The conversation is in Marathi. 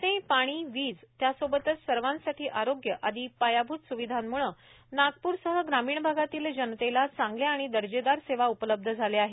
रस्ते पाणी वीज त्यासोबतच सर्वांसाठी आरोग्य आदी पायाभूत स्विधांम्ळे नागप्रसह ग्रामीण भागातील जनतेला चांगल्या आणि दर्जेदार सेवा उपलब्ध झाल्या आहेत